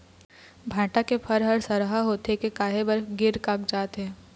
भांटा के फर हर सरहा होथे के काहे बर गिर कागजात हे?